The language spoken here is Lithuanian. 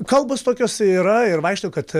kalbos tokios yra ir vaikšto kad